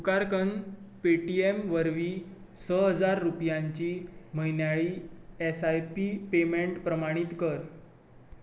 उपकार कन पेटीएम वरवीं स हजार रुपयांची म्हयन्याळी एस आय पी पेमेंट प्रमाणीत कर